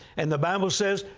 and the bible says,